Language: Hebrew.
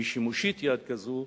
מי שמושיט יד כזאת,